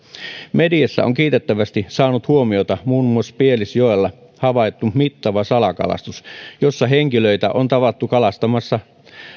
mediassa on kiitettävästi saanut huomiota muun muassa pielisjoella havaittu mittava salakalastus jossa henkilöitä on tavattu kalastamassa